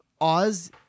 Oz